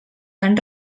van